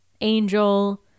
Angel